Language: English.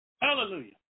Hallelujah